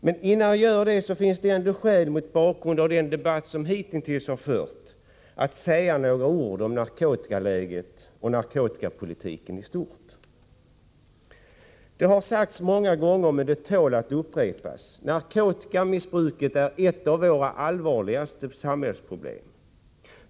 Men innan jag gör det finns det ändå skäl att mot bakgrund av den debatt som hittills har förts säga några ord om narkotikaläget och narkotikapolitiken i stort. Det har sagts många gånger, men det tål att upprepas: Narkotikamissbruket är ett av våra allvarligaste samhällsproblem.